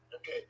Okay